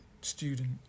student